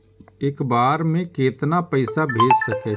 एक बार में केतना पैसा भेज सके छी?